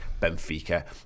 Benfica